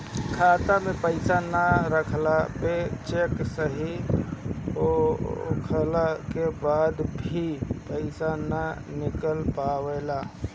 खाता में पईसा ना रहला पे चेक सही होखला के बाद भी पईसा ना निकल पावेला